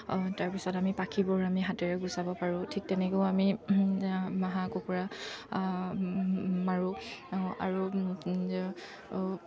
তাৰপিছত আমি পাখিবোৰ আমি হাতেৰে গুচাব পাৰোঁ ঠিক তেনেকৈয়ো আমি হাঁহ কুকুৰা মাৰোঁ আৰু